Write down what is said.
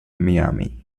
miami